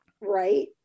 Right